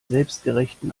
selbstgerechten